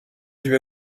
dut